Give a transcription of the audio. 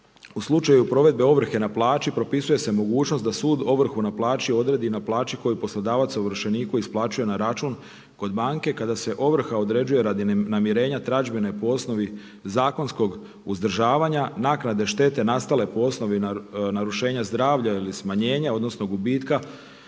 u slučaju provedbe ovrhe na plaći propisuje se mogućnost da sud ovrhu na plaći odredi na plaći koju poslodavac ovršeniku isplaćuje na račun kod banke kada se ovrha određuje radi namirenja tražbine po osnovi zakonskog uzdržavanja, naknade štete nastale po osnovi narušenja zdravlja ili smanjenja odnosno gubitka